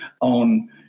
on